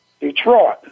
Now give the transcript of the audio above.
Detroit